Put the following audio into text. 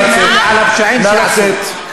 נא לצאת.